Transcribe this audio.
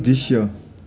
दृश्य